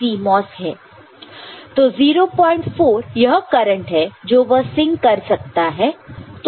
तो 04 यह करंट है जो वह सिंक कर सकता है